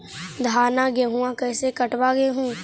धाना, गेहुमा कैसे कटबा हू?